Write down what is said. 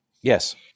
Yes